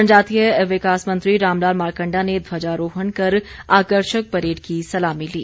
जनजातीय विकास मंत्री रामलाल मारकंडा ने ध्वजारोहण कर आकर्षक परेड की सलामी ली